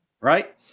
right